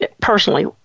personally